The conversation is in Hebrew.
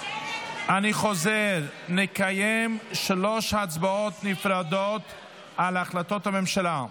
אני חוזר: נקיים שלוש הצבעות נפרדות על החלטות הממשלה.